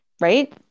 right